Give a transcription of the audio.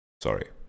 Sorry